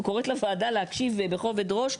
לוועדה להקשיב בכובד ראש.